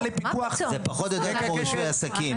עידית, זה פחות או יותר כמו רישוי עסקים.